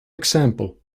example